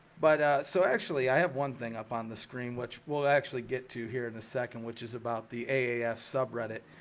but so actually i have one thing up on the screen which will actually get to here in a second which is about the aaf ah subreddit,